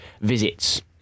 visits